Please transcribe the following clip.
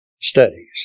studies